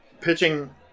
pitching